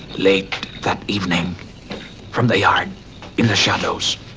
late that evening from the yard in the shadows,